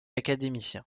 académicien